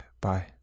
Bye